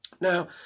Now